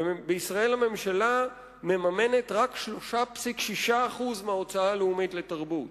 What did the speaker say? בישראל הממשלה מממנת רק 3.6% מההוצאה הלאומית לתרבות.